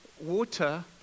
water